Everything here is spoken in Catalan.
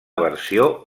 versió